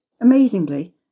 Amazingly